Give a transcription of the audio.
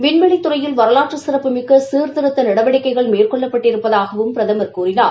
விண்வெளித்துறையில் வரலாற்று சிறப்புமிக்க சீர்திருத்த நடவடிக்கைகள் மேற்கொள்ளப்பட்டிருப்பதாகவும் பிரதமர் கூறினார்